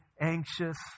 anxious